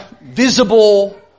visible